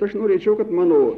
aš norėčiau kad mano